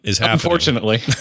Unfortunately